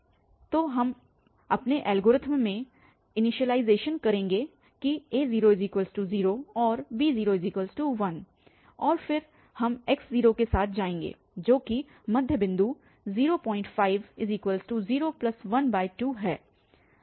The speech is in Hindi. इसलिए हम अपने एल्गोरिथ्म में इनिशियलाइज़ेशन करेंगे कि a00 और b01 और फिर हम x0 के साथ जाएंगे जो कि मध्य बिंदु 05012 है